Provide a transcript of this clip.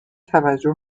توجه